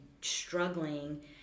struggling